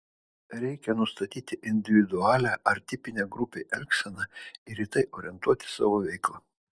reikia nustatyti individualią ar tipinę grupei elgseną ir į tai orientuoti savo veiklą